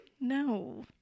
No